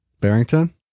Barrington